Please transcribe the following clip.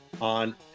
on